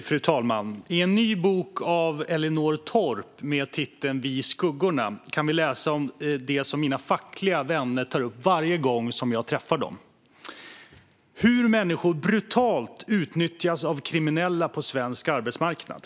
Fru talman! I en ny bok av Elinor Torp med titeln Vi, skuggorna kan vi läsa om det som mina fackliga vänner tar upp varje gång jag träffar dem, nämligen hur människor brutalt utnyttjas av kriminella på svensk arbetsmarknad.